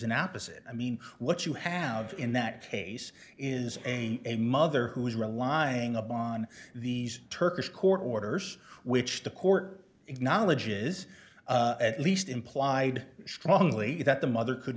in opposite i mean what you have in that case is a a mother who is relying upon these turkish court orders which the court acknowledges at least implied strongly that the mother could